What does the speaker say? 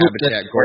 habitat